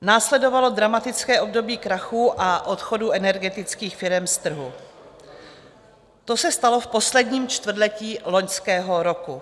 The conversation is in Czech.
Následovalo dramatické období krachů a odchodů energetických firem z trhu, to se stalo v posledním čtvrtletí loňského roku.